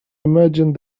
imagine